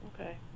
Okay